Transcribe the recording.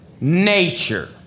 nature